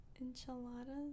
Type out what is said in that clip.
Enchiladas